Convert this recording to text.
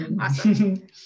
awesome